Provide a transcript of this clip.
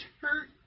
hurt